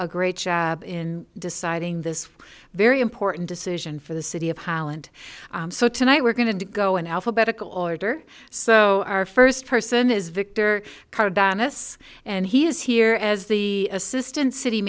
a great job in deciding this very important decision for the city of holland so tonight we're going to go in alphabetical order so our first person is victor bana and he is here as the assistant city